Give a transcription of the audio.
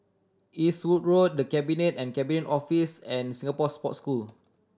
Eastwood Road The Cabinet and Cabinet Office and Singapore Sports School